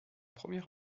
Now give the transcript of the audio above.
premier